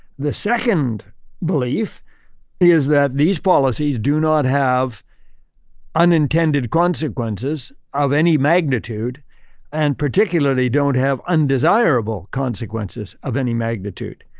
the second belief is that these policies do not have unintended consequences of any magnitude and particularly don't have undesirable consequences of any magnitude.